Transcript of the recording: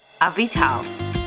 Avital